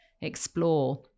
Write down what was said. explore